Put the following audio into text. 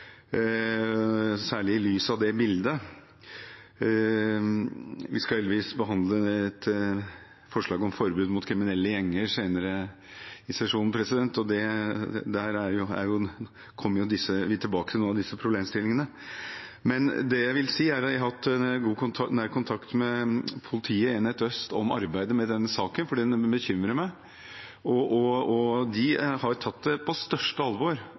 særlig i lys av det bildet. Vi skal heldigvis behandle et forslag om forbud mot kriminelle gjenger senere i sesjonen, og der kommer vi tilbake til noen av disse problemstillingene. Jeg vil si at jeg har hatt god og nær kontakt med politiet, enhet øst, om arbeidet med denne saken, for den bekymrer meg. De har tatt det på største alvor